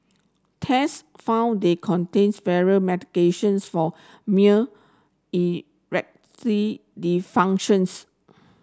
test found they contains medications for dysfunctions